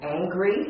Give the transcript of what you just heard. angry